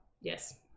yes